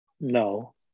no